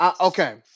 Okay